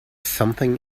something